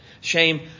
Shame